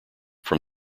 from